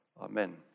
Amen